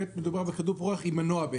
ב' מדובר בכדור פורח עם מנוע,